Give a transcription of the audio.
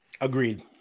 Agreed